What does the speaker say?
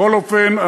בכל אופן,